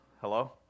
Hello